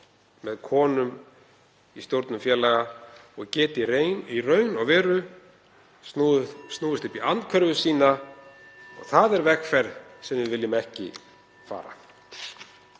með konum í stjórnum félaga og geti í raun snúist upp í andhverfu sína. Það er vegferð sem við viljum ekki fara